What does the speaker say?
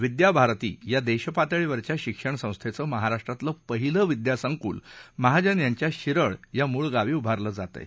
विद्याभारती या देशपातळीवरच्या शिक्षण संस्थेचं महाराष्ट्रातलं पहिलं विद्यासंकुल महाजन यांच्या शिरळ या मूळ गावी उभारलं जात आ